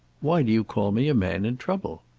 why do you call me a man in trouble?